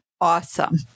awesome